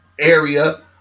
area